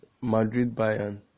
Madrid-Bayern